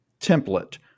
template